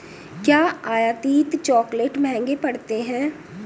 क्या आयातित चॉकलेट महंगे पड़ते हैं?